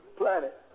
planet